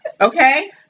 Okay